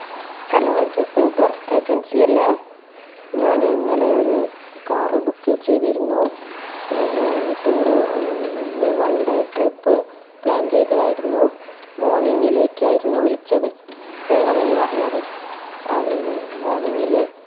hello ഇത് Uber agency അല്ലെ ഞാൻ ഇന്നലെ ഒരു കാർ ബുക്ക് ചെയ്തിരുന്നു ടൂർ ഇന്ന് വൺ ഡേ ട്രിപ്പ് പ്ലാൻ ചെയ്തതായിരുന്നു മോർണിങ്ങിലെക്കായിരുന്നു വിളിച്ചത് വേണം എന്ന് പറഞ്ഞത് അങ്ങനെ മോർണിങ്ങിൽ